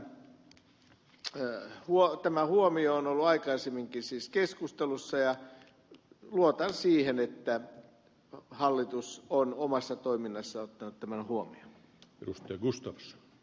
tämä huomio on ollut aikaisemminkin siis keskustelussa ja luotan siihen että hallitus on omassa toiminnassaan ottanut tämän huomioon